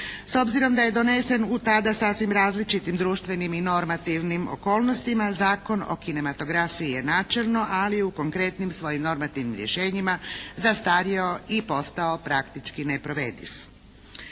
S obzirom da je donesen u tada sasvim različitim društvenim i normativnim okolnostima Zakon o kinematografiji je načelno ali i u konkretnim svojim normativnim rješenjima zastario i postao praktički neprovediv.